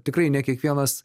tikrai ne kiekvienas